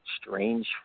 strange